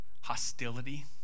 hostility